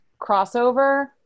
crossover